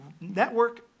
network